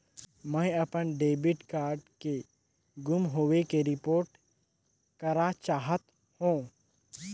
मैं अपन debit card के गुम होवे के रिपोर्ट करा चाहत हों